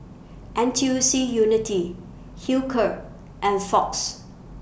N T U C Unity Hilker and Fox